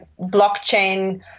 blockchain